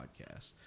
podcast